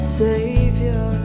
savior